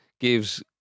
gives